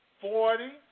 forty